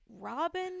Robin